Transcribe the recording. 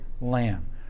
lamb